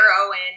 Owen